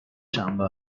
شنبه